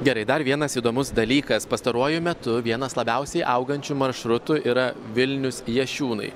gerai dar vienas įdomus dalykas pastaruoju metu vienas labiausiai augančių maršrutų yra vilnius jašiūnai